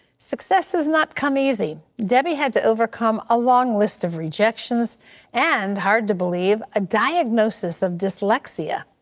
success has not come easy. debbie had to overcome a long list of rejections and hard to believe a diagnosis of dyslexia.